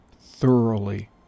thoroughly